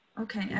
okay